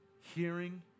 hearing